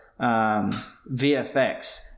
VFX